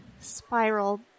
spiral